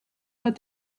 but